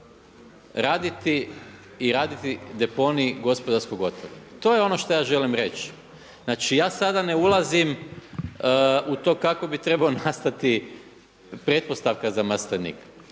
raditi i raditi deponij gospodarskog otpada. To je ono što ja želim reći. Znači, ja sada ne ulazim u to kako bi trebao nastati pretpostavka za maslenik.